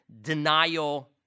denial